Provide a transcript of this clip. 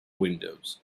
windows